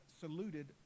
saluted